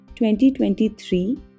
2023